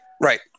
Right